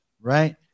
right